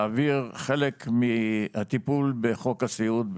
להעביר חלק מהטיפול בחוק הסיעוד,